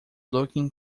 looking